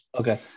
okay